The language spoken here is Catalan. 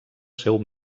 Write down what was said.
seu